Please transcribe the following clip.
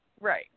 Right